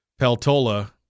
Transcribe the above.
Peltola